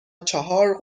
چهار